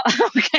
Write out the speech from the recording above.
okay